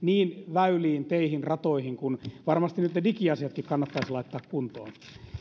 väyliin teihin ratoihin ja varmasti nyt ne digiasiatkin kannattaisi laittaa kuntoon